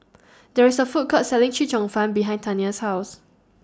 There IS A Food Court Selling Chee Cheong Fun behind Tania's House